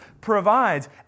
provides